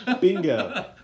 Bingo